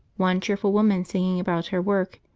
one cheerful woman singing about her work,